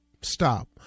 stop